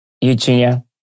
Eugenia